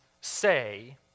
say